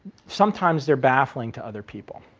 sometimes they are baffling to other people.